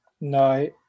no